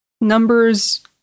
numbers